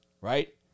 Right